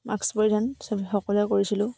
mask পৰিধান চব সকলোৱে কৰিছিলোঁ